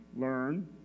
Learn